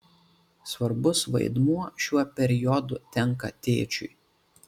svarbus vaidmuo šiuo periodu tenka tėčiui